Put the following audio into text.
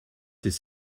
dydd